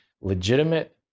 legitimate